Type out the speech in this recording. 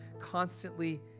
constantly